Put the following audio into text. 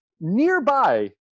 nearby